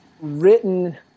written